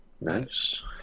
Nice